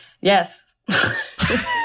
Yes